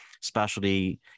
specialty